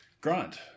Grant